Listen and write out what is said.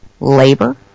Labor